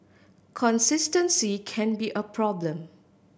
consistency can be a problem